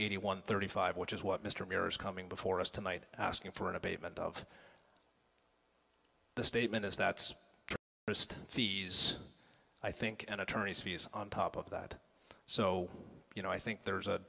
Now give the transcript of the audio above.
eighty one thirty five which is what mr mir is coming before us tonight asking for an abatement of the statement is that fees i think and attorney's fees on top of that so you know i think there's a